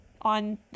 on